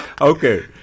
Okay